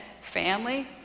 family